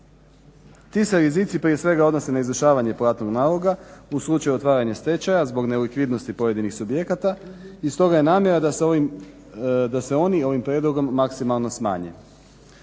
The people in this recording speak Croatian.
Ti se rizici prije svega odnose na izvršavanje platnog naloga u slučaju otvaranja stečaja zbog nelikvidnosti pojedinih subjekata, i stoga je namjera da se oni ovim prijedlogom maksimalno smanje.